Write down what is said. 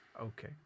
okay